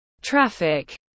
traffic